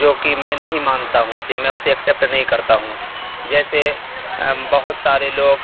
جو کہ میں نہیں مانتا ہوں اسے میں اسے ایکسیپٹ نہیں کرتا ہوں جیسے بہت سارے لوگ